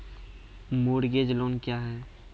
Mortgage loan क्या है?